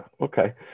Okay